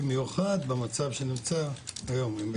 במיוחד במצב הקיים היום.